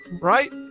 right